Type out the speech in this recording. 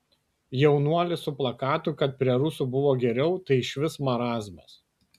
jaunuolis su plakatu kad prie rusų buvo geriau tai išvis marazmas